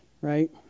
right